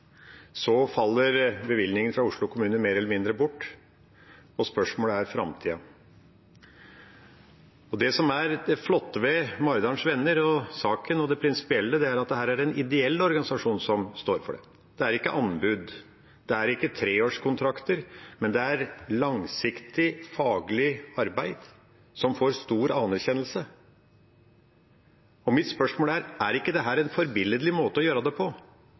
Så faller bevilgningene fra Oslo kommune mer eller mindre bort, og spørsmålet er framtida. Det som er det flotte ved Maridalens Venner, saken og det prinsipielle, er at det er en ideell organisasjon som står for dette. Det er ikke anbud, det er ikke treårskontrakter, det er et langsiktig, faglig arbeid som får stor anerkjennelse, og mitt spørsmål er: Er ikke dette en forbilledlig måte å gjøre det på,